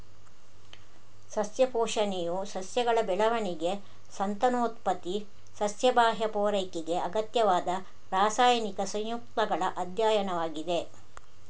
ಸಸ್ಯ ಪೋಷಣೆಯು ಸಸ್ಯಗಳ ಬೆಳವಣಿಗೆ, ಸಂತಾನೋತ್ಪತ್ತಿ, ಸಸ್ಯ ಬಾಹ್ಯ ಪೂರೈಕೆಗೆ ಅಗತ್ಯವಾದ ರಾಸಾಯನಿಕ ಸಂಯುಕ್ತಗಳ ಅಧ್ಯಯನವಾಗಿದೆ